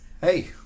Hey